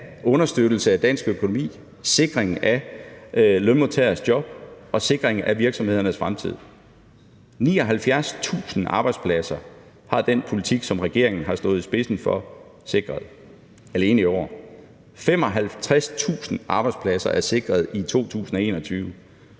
understøttelse af dansk økonomi, sikring af lønmodtageres job og sikring af virksomhedernes fremtid. 79.000 arbejdspladser har den politik, som regeringen har stået i spidsen for, sikret – alene i år. 55.000 arbejdspladser er sikret i 2021.